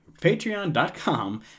Patreon.com